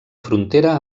frontera